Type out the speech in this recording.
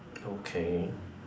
okay